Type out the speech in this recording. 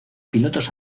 pilotos